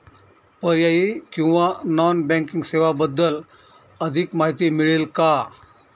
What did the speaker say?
पर्यायी किंवा non banking सेवांबद्दल अधिक माहिती मिळेल का?